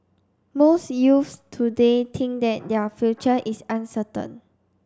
most youths today think that their future is uncertain